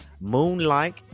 Moonlight